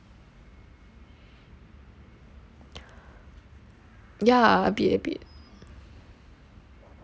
ya a bit a bit